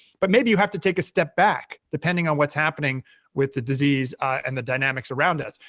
but maybe you have to take a step back depending on what's happening with the disease and the dynamics around us.